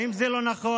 האם זה לא נכון?